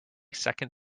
second